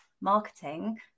marketing